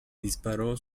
disparó